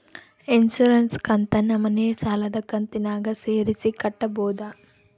Insurance ಕಂತನ್ನ ಮನೆ ಸಾಲದ ಕಂತಿನಾಗ ಸೇರಿಸಿ ಕಟ್ಟಬೋದ?